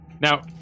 Now